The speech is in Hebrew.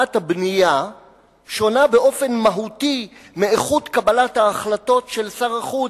הבנייה שונה באופן מהותי מאיכות קבלת ההחלטות של שר החוץ,